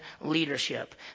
leadership